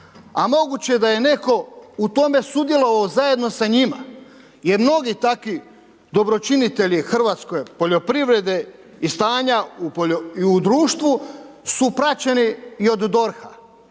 a moguće da je netko u tome sudjelovao zajedno sa njima, jer mnogi takvi dobročinitelji hrvatske poljoprivrede i stanja u društvu su praćeni i od DORH-a.